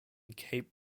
cape